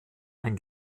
ein